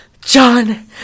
John